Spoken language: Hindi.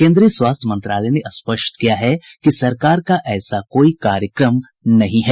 केंद्रीय स्वास्थ्य मंत्रालय ने स्पष्ट किया है कि सरकार का ऐसा कोई कार्यक्रम नहीं है